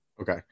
okay